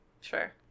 Sure